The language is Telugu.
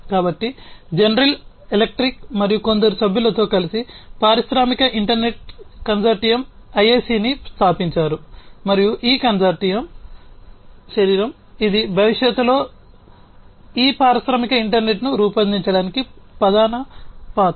కాబట్టి జనరల్ ఎలక్ట్రిక్ మరియు మరికొందరు సభ్యులతో కలిసి పారిశ్రామిక ఇంటర్నెట్ కన్సార్టియం ఐఐసిని స్థాపించారు మరియు ఈ కన్సార్టియం శరీరం ఇది భవిష్యత్తులో ఈ పారిశ్రామిక ఇంటర్నెట్ను రూపొందించడానికి ప్రధాన పాత్ర